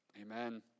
amen